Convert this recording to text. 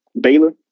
Baylor